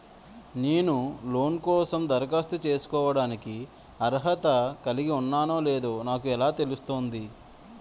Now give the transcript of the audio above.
నేను లోన్ కోసం దరఖాస్తు చేసుకోవడానికి అర్హత కలిగి ఉన్నానో లేదో నాకు ఎలా తెలుస్తుంది?